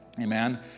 Amen